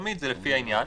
ותמיד זה לפי העניין.